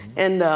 and